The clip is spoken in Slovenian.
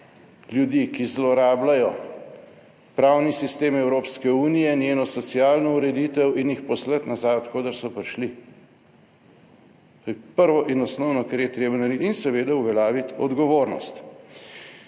ljudi, ki zlorabljajo pravni sistem Evropske unije, njeno socialno ureditev, in jih poslati nazaj, od koder so prišli. To je prvo in osnovno, kar je treba narediti. In seveda uveljaviti odgovornost.